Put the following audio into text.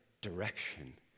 direction